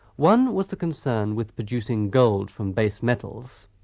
one was the concern with producing gold from base metals,